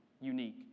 unique